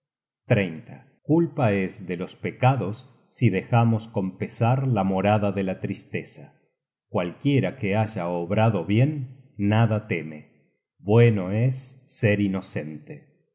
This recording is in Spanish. solicitadores culpa es de los pecados si dejamos con pesar la morada de la tristeza cualquiera que haya obrado bien nada teme bueno es ser inocente